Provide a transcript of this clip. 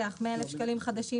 תוספת שישית (הגדרת "הסכום הבסיסי שבסעיף 48)